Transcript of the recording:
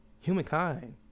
humankind